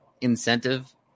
incentive